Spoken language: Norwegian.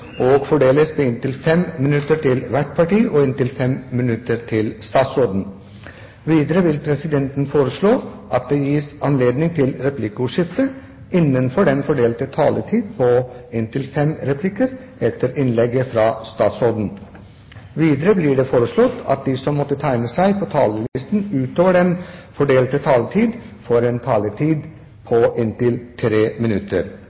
og fordeles med inntil 5 minutter til hvert parti og inntil 5 minutter til statsråden. Videre vil presidenten foreslå at det gis anledning til replikkordskifte på inntil fem replikker etter innlegget fra statsråden innenfor den fordelte taletid. Videre blir det foreslått at de som måtte tegne seg på talerlisten utover den fordelte taletiden, får en taletid på inntil 3 minutter.